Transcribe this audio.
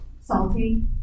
salty